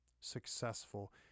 successful